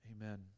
Amen